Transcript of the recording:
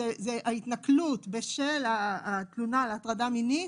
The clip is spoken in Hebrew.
ההתנכלות בשל התלונה על הטרדה מינית,